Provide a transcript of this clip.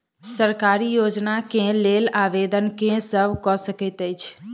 सरकारी योजना केँ लेल आवेदन केँ सब कऽ सकैत अछि?